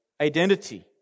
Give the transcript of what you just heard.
identity